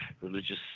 religious